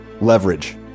leverage